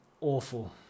Awful